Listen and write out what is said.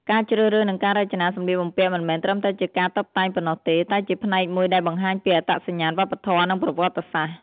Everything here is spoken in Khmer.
ការជ្រើសរើស និងការរចនាសម្លៀកបំពាក់ មិនមែនត្រឹមតែជាការតុបតែងប៉ុណ្ណោះទេ តែជាផ្នែកមួយដែលបង្ហាញពីអត្តសញ្ញាណវប្បធម៌ និងប្រវត្តិសាស្ត្រ។